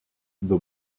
the